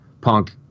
punk